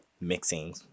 mixing